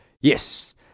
Yes